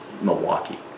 Milwaukee